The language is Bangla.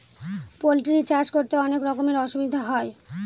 পোল্ট্রি চাষ করতে অনেক রকমের অসুবিধা হয়